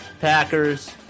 Packers